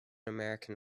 american